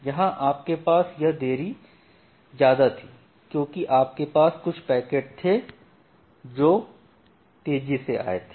यहां आपके पास यह देरी ज्यादा थी क्योंकि आपके पास कुछ पैकेट थे जो तेजी से आए थे